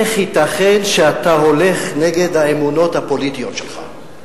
איך ייתכן שאתה הולך נגד האמונות הפוליטיות שלך?